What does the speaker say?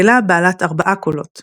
מקהלה בעלת ארבעה קולות